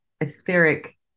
etheric